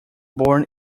born